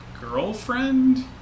girlfriend